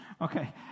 Okay